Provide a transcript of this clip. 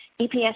EPS